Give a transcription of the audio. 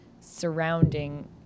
surrounding